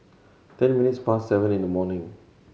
ten minutes past seven in the morning